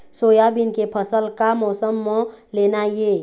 Soybean के फसल का मौसम म लेना ये?